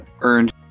earned